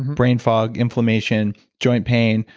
brain fog, inflammation, joint pain,